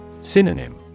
Synonym